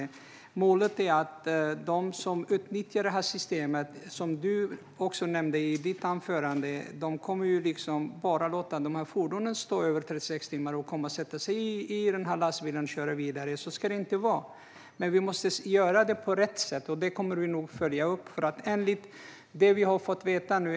Precis som Jimmy Ståhl nämnde i sitt anförande är målet att de som utnyttjar det här systemet bara kommer att låta fordonen stå i över 36 timmar och sedan komma och sätta sig i lastbilen och köra vidare. Så ska det inte vara. Vi måste dock göra det på rätt sätt, och det kommer vi att följa upp.